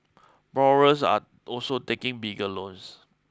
borrowers are also taking bigger loans